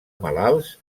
malalts